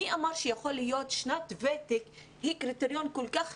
מי אמר שיכול להיות ששנת ותק היא קריטריון כל כך